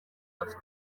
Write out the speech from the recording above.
bafite